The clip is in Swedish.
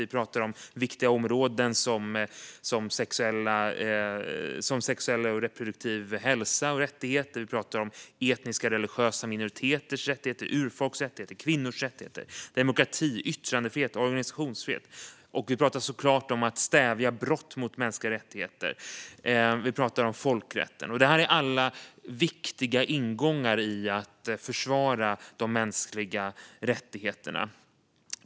Vi pratar om viktiga områden som sexuell och reproduktiv hälsa och rättigheter, vi pratar om etniska och religiösa minoriteters rättigheter, urfolks rättigheter, kvinnors rättigheter, demokrati, yttrandefrihet och organisationsfrihet. Och vi pratar såklart om att stävja brott mot mänskliga rättigheter. Vi pratar om folkrätten. Detta är alla viktiga ingångar i försvaret av de mänskliga rättigheterna.